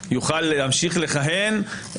יוכל להמשיך לכהן,